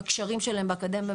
הקשרים שלהם באקדמיה,